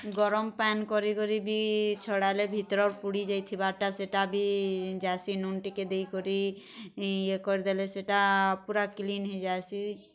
ଗରମ୍ ପାନ୍ କରି କରି ବି ଛଡ଼ାଲେ ଭିତର ପୁଡ଼ି ଯାଇଥିବା ଟା ସେଇଟା ବି ଯାଇସି ନୁନ୍ ଟିକେ ଦେଇ କରି ଇଏ କରିଦେଲେ ସେଇଟା ପୁରା କ୍ଲିନ୍ ହେଇ ଯାଇସି